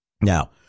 Now